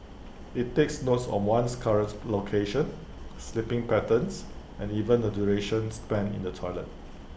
IT takes noce of one's current location sleeping patterns and even the duration spent in the toilet